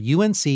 UNC